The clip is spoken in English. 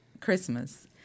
Christmas